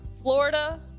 florida